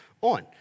on